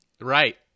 Right